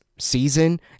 Season